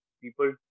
people